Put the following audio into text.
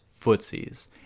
footsies